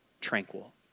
tranquil